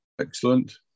Excellent